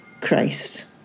Christ